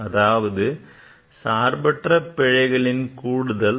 அதாவது சார்பற்ற பிழைகளின் கூடுதலாகும்